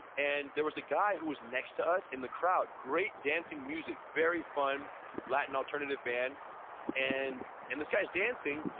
and there was a guy who was next to us in the crowd, great dancing music, very fun latin alternative band and and this guy is dancing,